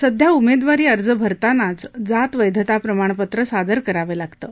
सध्या उमेदवारी अर्ज भरतानाच जात वैधता प्रमाणपत्र सादर करावं लागतं